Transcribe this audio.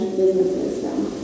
businesses